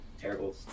terrible